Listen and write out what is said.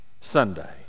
Sunday